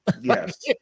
Yes